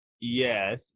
yes